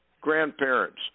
grandparents